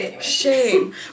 Shame